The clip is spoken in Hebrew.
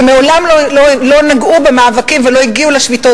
שמעולם לא נגעו במאבקים ולא הגיעו לשביתות,